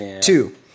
Two